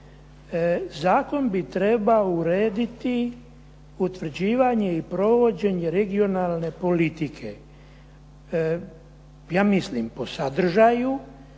Zakon bi trebao urediti utvrđivanje i provođenje regionalne politike ja mislim po sadržaju,